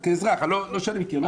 כאזרח, לא שאני מכיר.